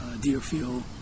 Deerfield